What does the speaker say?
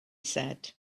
said